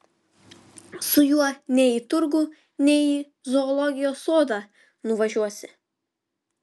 su juo nei į turgų nei į zoologijos sodą nuvažiuosi